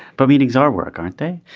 but meetings are work, aren't they?